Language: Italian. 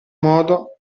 modo